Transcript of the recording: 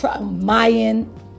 Mayan